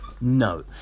No